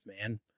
man